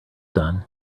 done